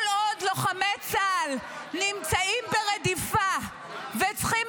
כל עוד לוחמי צה"ל נמצאים ברדיפה וצריכים